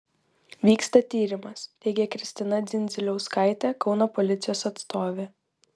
vyksta tyrimas teigė kristina dzindziliauskaitė kauno policijos atstovė